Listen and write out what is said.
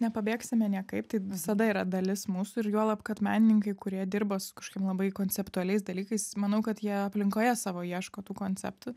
nepabėgsime niekaip tai visada yra dalis mūsų ir juolab kad menininkai kurie dirba su kažkokiom labai konceptualiais dalykais manau kad jie aplinkoje savo ieško tų konceptų